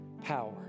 power